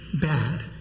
bad